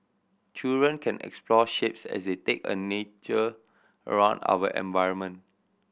children can explore shapes as they take a nature around our environment